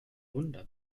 wunder